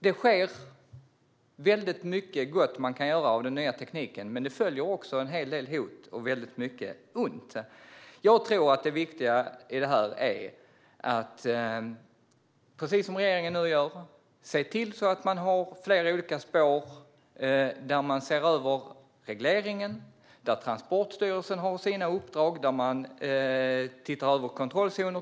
Man kan göra väldigt mycket gott av den nya tekniken, men en hel del hot och mycket ont följer också. Jag tror att det viktiga i det här är att, precis som regeringen nu gör, se till att man har flera olika spår där man ser över regleringen. Transportstyrelsen har sina uppdrag, och man ser till exempel över kontrollzoner.